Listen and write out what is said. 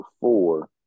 four